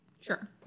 Sure